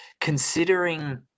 considering